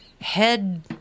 head